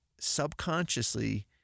subconsciously